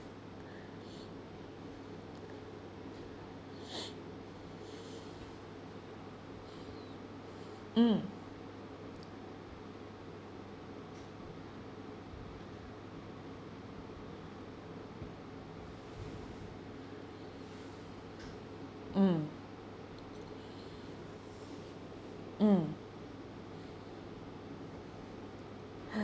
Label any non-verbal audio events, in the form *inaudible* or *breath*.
mm mm mm *breath*